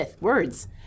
words